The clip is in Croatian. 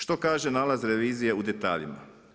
Što kaže nalaz revizije u detaljima.